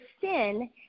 sin